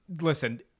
listen